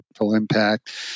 impact